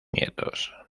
nietos